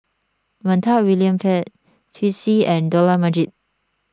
Montague William Pett Twisstii and Dollah Majid